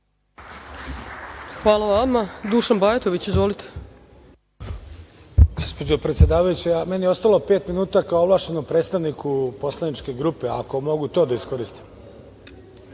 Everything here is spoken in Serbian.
Hvala vama. Dušan Bajatović. Izvolite.